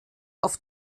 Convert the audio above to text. auf